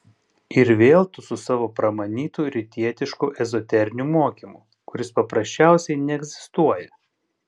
ir vėl tu su savo pramanytu rytietišku ezoteriniu mokymu kuris paprasčiausiai neegzistuoja